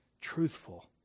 truthful